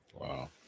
Wow